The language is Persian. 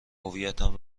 هویتم